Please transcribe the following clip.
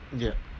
yup